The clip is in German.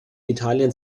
italien